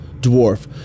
dwarf